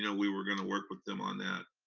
you know we were gonna work with them on that.